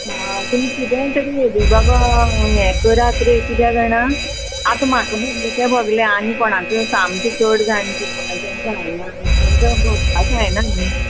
हां तुमी किदेंय तरी हेजे बाबा हें करात रे किद्या जाणा आतां म्हाका म्हणलें तें भोगलें आनी कोणाक सामकें चड जाणटी तेंका जालें ना तेंच्यान भोंवपाक जायना न्ही